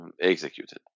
executed